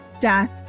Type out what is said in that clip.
death